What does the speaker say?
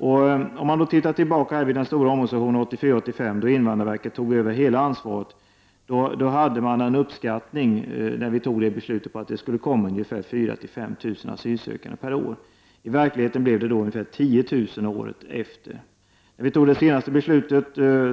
När vi fattade beslutet om den stora omorganisationen 1984-1985 då invandrarverket tog över hela ansvaret, uppskattade vi antalet asylsökande per år till mellan 4 000 och 5 000. I verkligheten blev antalet ungefär 10 000 året efter. När vi fattade beslutet